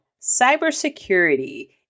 Cybersecurity